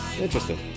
Interesting